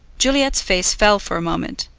juliet's face fell for a moment,